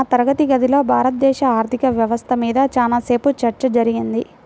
మా తరగతి గదిలో భారతదేశ ఆర్ధిక వ్యవస్థ మీద చానా సేపు చర్చ జరిగింది